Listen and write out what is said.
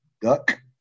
Duck